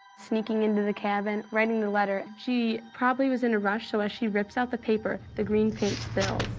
sneaking into the cabin, writing the letter. she probably was in a rush, so as she rips out the paper the green paint spilled.